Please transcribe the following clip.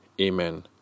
Amen